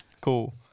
Cool